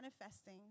manifesting